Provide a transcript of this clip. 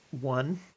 one